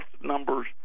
numbers